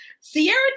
Sierra